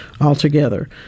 altogether